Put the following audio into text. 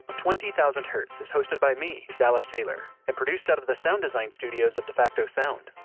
twenty thousand hertz is hosted by me, dallas taylor, and produced out of the sound design studios of defacto sound.